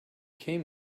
came